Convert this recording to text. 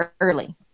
early